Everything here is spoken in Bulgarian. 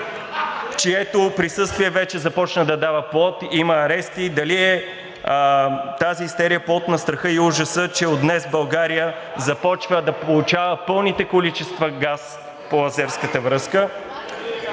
чието присъствие вече започна да дава плод – има арести. Дали тази истерия е плод на страха и ужаса, че от днес България започва да получава пълните количества газ по азерската връзка?